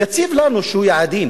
יציב לנו יעדים: